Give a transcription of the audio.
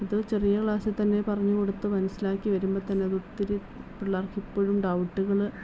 ഇത് ചെറിയ ക്ലാസ്സിൽ തന്നെ പറഞ്ഞ് കൊടുത്ത് മനസ്സിലാക്കി വരുമ്പം തന്നെ അത് ഒത്തിരി പിള്ളേർക്ക് ഇപ്പോഴും ഡൗട്ടുകൾ